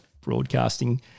broadcasting